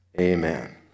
amen